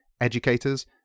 educators